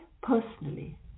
personally